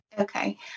Okay